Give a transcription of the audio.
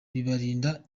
bibarinda